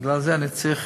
בגלל זה אני צריך